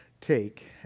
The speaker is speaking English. take